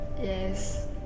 Yes